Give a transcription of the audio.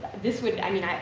this would, i mean, i,